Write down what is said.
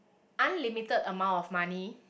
unlimited amount of money